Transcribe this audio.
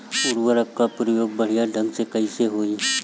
उर्वरक क प्रयोग बढ़िया ढंग से कईसे होई?